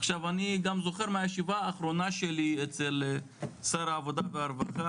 עכשיו אני גם זוכר אצל הישיבה האחרונה שלי אצל שר העבודה והרווחה,